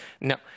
No